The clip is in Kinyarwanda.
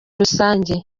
rusange